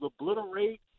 obliterate